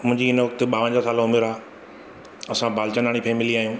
मुंहिंजी इन वक़्तु ॿावंजाहु सालु उमिरि आहे असां बालचंदाणी फैमिली आहियूं